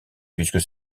puisque